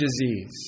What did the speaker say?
disease